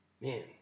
man